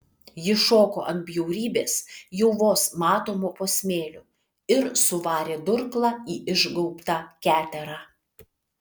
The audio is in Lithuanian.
ji šoko ant bjaurybės jau vos matomo po smėliu ir suvarė durklą į išgaubtą keterą